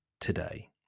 today